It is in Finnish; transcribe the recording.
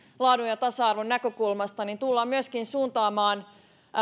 laadun ja tasa arvon näkökulmasta tullaan myöskin suuntaamaan